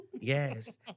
Yes